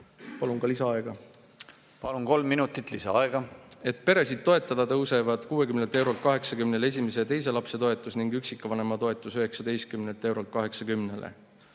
minutit lisaaega! Palun, kolm minutit lisaaega! Et peresid toetada, tõuseb 60 eurolt 80‑le esimese ja teise lapse toetus ning üksikvanema toetus 19 eurolt